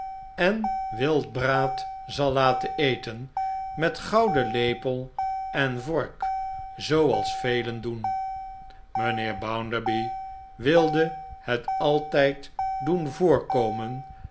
en wildbraad zal laten eten met gouden lepel en vork zooals velen doen mijnheer bounderby wilde het altijd doen voorkomen